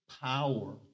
power